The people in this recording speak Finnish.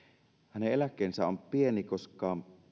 hänen eläkkeensä on pieni koska